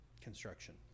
construction